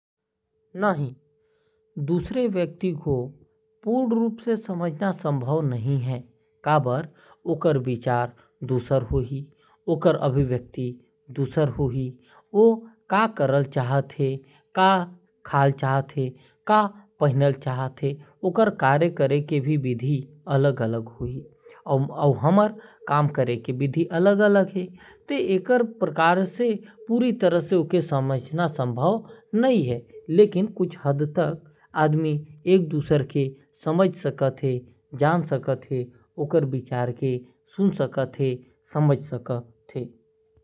नहीं दूसरे व्यक्ति को पूर्ण रूप से समझना मुमकिन नहीं है। कहे बर ओकर विचार अलग हो ही ओकर अभिव्यक्ति दुसर हो ही ओ का करना चाहत है । का खाना चाहत है का पहनना चाहत है ये सब ल समझना मुश्किल है। लेकिन कुछ कुछ चीज ला समझा जा सकत है।